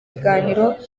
biganiro